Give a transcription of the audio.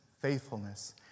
faithfulness